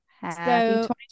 Happy